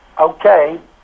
okay